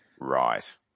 Right